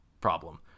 problem